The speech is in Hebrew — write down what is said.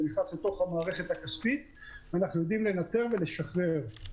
זה נכנס לתוך המערכת הכספית ואנחנו יודעים לנטר ולשחרר.